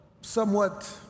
somewhat